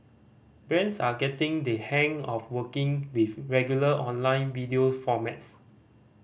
brands are getting the hang of working with regular online video formats